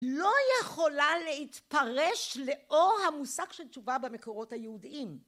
לא יכולה להתפרש לאור המושג של תשובה במקורות היהודיים.